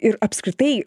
ir apskritai